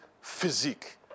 physique